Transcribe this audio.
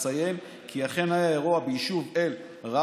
אציין כי אכן היה אירוע ביישוב אל-רפיעה,